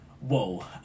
whoa